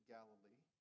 Galilee